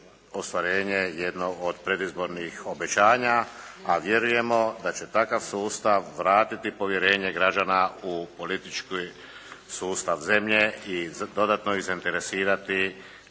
ostvarenje jednog od predizbornih obećanja, a vjerujemo da će takav sustav vratiti povjerenje građana u politički sustav zemlje i dodatno ih zainteresirati